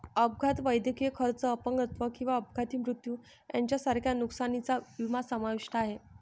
अपघात, वैद्यकीय खर्च, अपंगत्व किंवा अपघाती मृत्यू यांसारख्या नुकसानीचा विमा समाविष्ट आहे